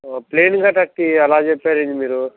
ప్లెయిన్గా కట్టి అలా చెప్పారేంటి మీరు